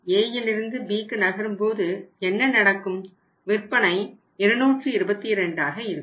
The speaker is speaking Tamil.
Aயிலிருந்து Bக்கு நகரும்போது என்ன நடக்கும் விற்பனை 222 ஆக இருக்கும்